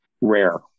rare